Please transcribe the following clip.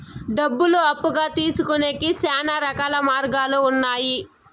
డబ్బులు అప్పుగా తీసుకొనేకి శ్యానా రకాల మార్గాలు ఉన్నాయి